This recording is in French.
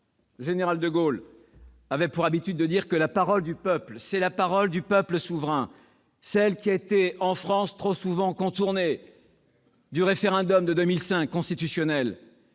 Le général de Gaulle avait pour habitude de dire que la parole du peuple est la parole du peuple souverain, celle qui a été, en France, trop souvent contournée, du référendum constitutionnel